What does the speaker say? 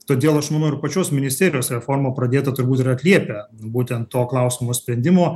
todėl aš manau ir pačios ministerijos reforma pradėta turbūt ir atliepia būtent to klausimo sprendimo